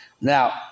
Now